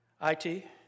I-T